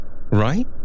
right